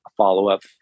follow-up